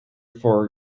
for